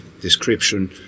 description